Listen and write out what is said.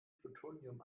plutonium